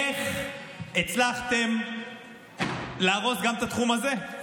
איך הצלחתם להרוס גם את התחום הזה?